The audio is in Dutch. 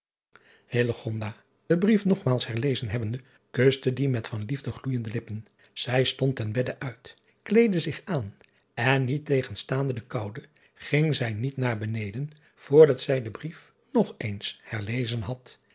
den brief nogmaals herlezen hebbende kuste dien met van liefde gloeijende lippen ij stond ten bedde uit kleedde zich aan en niettegenstaande de koude ging zij niet naar beneden voor dat zij den brief nog driaan oosjes zn et leven van illegonda uisman eens herlezen had